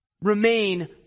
remain